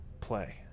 play